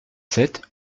sept